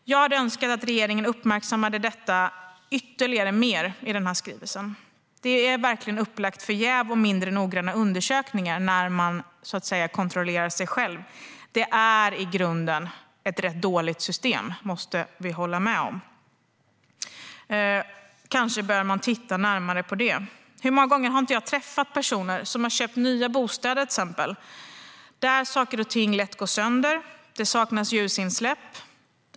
Jag hade önskat att regeringen uppmärksammade detta mer i denna skrivelse. Det är verkligen upplagt för jäv och mindre noggranna undersökningar när man kontrollerar sig själv. Det är i grunden ett rätt dåligt system; det måste vi hålla med om. Kanske behöver man titta närmare på detta. Hur många gånger har jag inte träffat personer som till exempel köpt nya bostäder där saker och ting lätt går sönder eller det saknas ljusinsläpp?